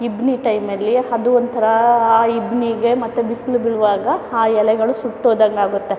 ಇಬ್ಬನಿ ಟೈಮಲ್ಲಿ ಅದು ಒಂಥರಾ ಆ ಇಬ್ಬನಿಗೆ ಮತ್ತೆ ಬಿಸಿಲು ಬೀಳುವಾಗ ಆ ಎಲೆಗಳು ಸುಟ್ಟೋದಂಗಾಗುತ್ತೆ